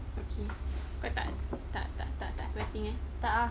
okay kau tak tak tak tak sweating eh